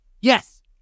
Yes